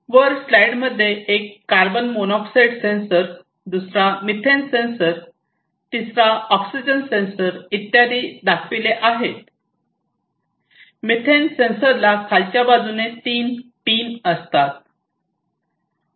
वर स्लाईडमध्ये एक कार्बन मोनॉक्साइड सेन्सर दुसरा मिथेन सेन्सर तिसरा ऑक्सीजन सेन्सर इत्यादी दाखविले आहेत मिथेन सेन्सर ला खालच्या बाजूने तीन पिन असतात